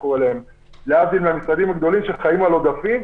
להבדיל מהמשרדים הגדולים שחיים מעודפים.